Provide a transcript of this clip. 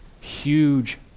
huge